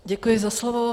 Děkuji za slovo.